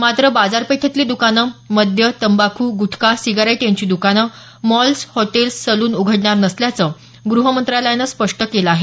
मात्र बाजारपेठेतली द्कानं मद्य तंबाखू गुटखा सिगारेट यांची द्कानं मॉल्स हॉटेल्स सलून उघडणार नसल्याचं गृह मंत्रालयानं स्पष्ट केलं आहे